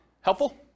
Helpful